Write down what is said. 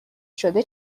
شده